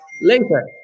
later